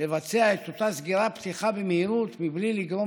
לבצע את אותה סגירה פתיחה במהירות בלי לגרום